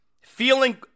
feeling